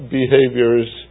behaviors